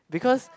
because